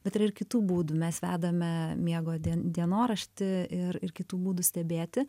bet yra ir kitų būdų mes vedame miego dienoraštį ir ir kitų būdų stebėti